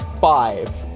five